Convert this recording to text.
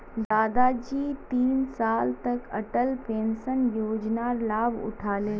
दादाजी तीन साल तक अटल पेंशन योजनार लाभ उठा ले